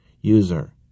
User